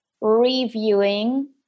reviewing